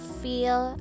feel